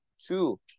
two